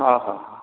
ହଁ ହଁ